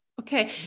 Okay